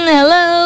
Hello